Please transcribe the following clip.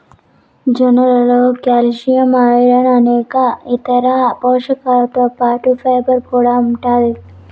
జొన్నలలో calcium, iron అనేక ఇతర పోషకాలతో పాటు ఫైబర్ కూడా ఉంటాది